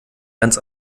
ganz